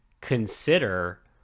consider